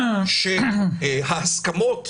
שההסכמות,